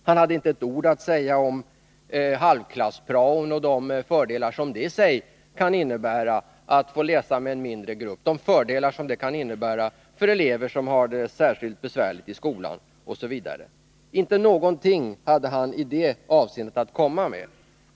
Han hade inte ett ord att säga om halvklass-praon och de fördelar som det i sig kan innebära att få läsa med en mindre grupp för elever som har det särskilt besvärligt i skolan osv. Inte någonting hade han att komma med i dessa avseenden.